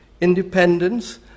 independence